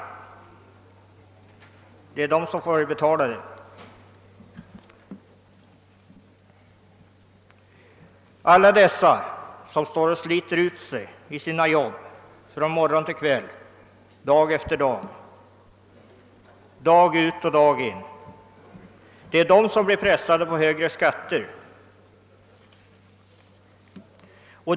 Det är de som får betala — alla dessa som står och sliter ut sig i sina jobb från morgon till kväll, dag efter dag, dag ut och dag in. Det är de som blir pressade på högre skatter.